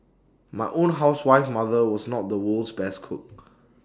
my own housewife mother was not the world's best cook